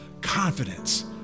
confidence